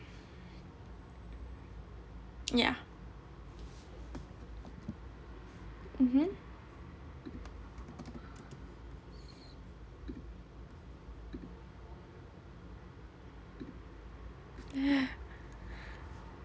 yeah mmhmm